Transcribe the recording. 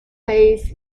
plays